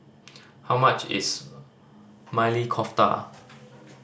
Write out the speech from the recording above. how much is Maili Kofta